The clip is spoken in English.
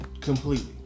Completely